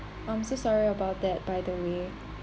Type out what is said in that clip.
I'm so sorry about that by the way